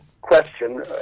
question